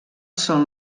són